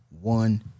one